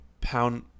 pound